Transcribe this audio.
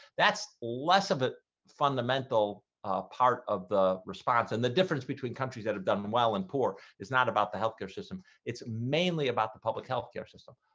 that's less of a fundamental part of the response and the difference between countries that have done well and poor is not about the health care system it's mainly about the public health care system,